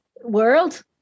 world